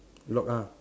lock ah